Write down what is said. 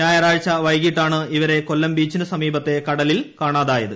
ഞാറാഴ്ച വൈകീട്ടാണ് ഇവരെ കൊല്ലം ബീച്ചിനുസമീപത്തെ കടലിൽ കാണാതായത്